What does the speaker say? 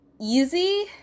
easy